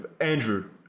Andrew